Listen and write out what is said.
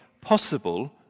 possible